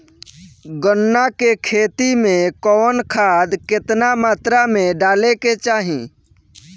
गन्ना के खेती में कवन खाद केतना मात्रा में डाले के चाही?